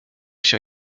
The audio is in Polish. się